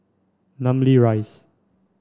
namly Rise